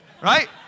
right